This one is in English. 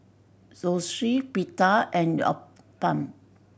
Zosui Pita and Uthapam